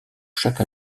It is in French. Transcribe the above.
chaque